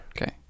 Okay